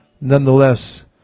Nonetheless